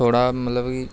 ਥੋੜ੍ਹਾ ਮਤਲਬ ਕਿ